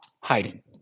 hiding